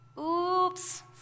Oops